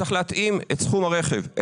צריך להתאים את סכום המענק.